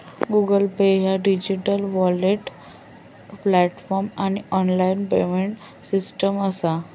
Google Pay ह्या digital wallet platform आणि online payment system असा